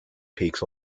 peaks